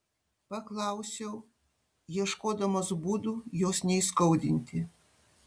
paklausiau ieškodamas būdų jos neįskaudinti